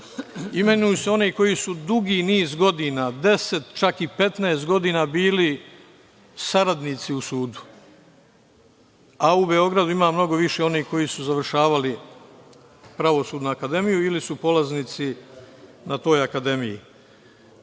Imenuju se oni koji su dugi niz godina, 10, čak i 15 godina bili saradnici u sudu, a u Beogradu ima mnogo više onih koji su završavali Pravosudnu akademiju ili su polaznici na toj akademiji. Mi